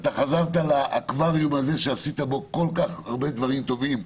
אתה חזרת לאקווריום הזה שעשית בו כל כך הרבה דברים טובים.